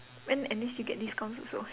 then at least you get discounts also